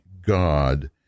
God